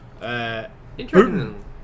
Interesting